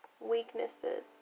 weaknesses